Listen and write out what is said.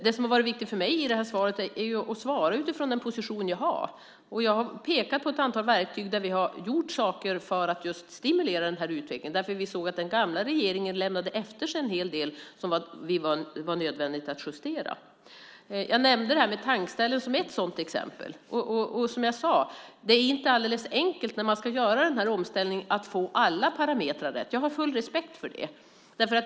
För mig är det viktigt att svara utifrån den position jag har. Jag har pekat på ett antal verktyg som vi har skapat för att stimulera den här utvecklingen. Vi såg nämligen att den gamla regeringen lämnade efter sig en hel del som var nödvändigt att justera. Jag nämnde tankställena som ett sådant exempel, och som jag sade: Det är inte alldeles enkelt att få alla parametrar rätt när man ska göra den här omställningen. Jag har full respekt för det.